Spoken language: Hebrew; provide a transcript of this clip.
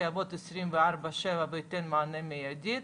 שיעבוד 24/7 וייתן מענה מיידי?